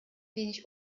wenig